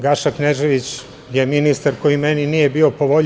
Gaša Knežević je ministar koji meni nije bio po